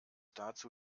dazu